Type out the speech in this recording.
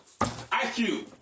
IQ